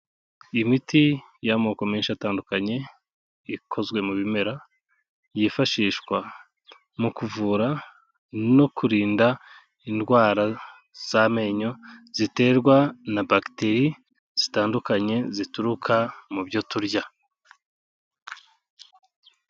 Imiti y'amoko menshi atandukanye ikozwe mu bimera yifashishwa mu kuvura no kurinda indwara z'amenyo ziterwa na bagiteri zitandukanye zituruka mu byo turya.